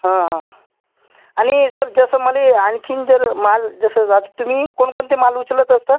हां हां आणि सर जसं मला आणखीन जर माल जसं आत तुम्ही कोणकोणते माल उचलत असतं